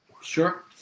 Sure